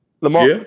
Lamar